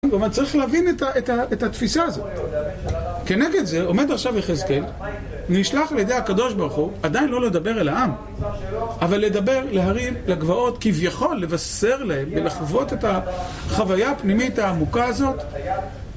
צריך להבין את התפיסה הזאת, כי נגד זה עומד עכשיו יחזקאל, נשלח על ידי הקדוש ברוך הוא עדיין לא לדבר אל העם, אבל לדבר להרים לגבעות, כביכול לבשר להם, ולחוות את החוויה הפנימית העמוקה הזאת.